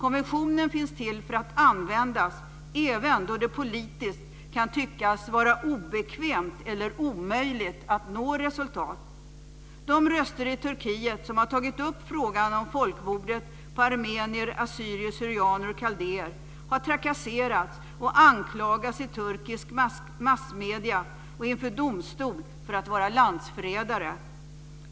Konventionen finns till för att användas även då det politiskt kan tyckas vara obekvämt eller omöjligt att nå resultat.